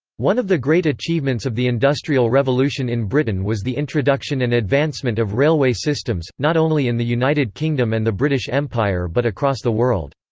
one of the great achievements of the industrial revolution in britain was the introduction and advancement of railway systems, not only in the united kingdom and the british empire but across the world.